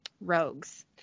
Rogues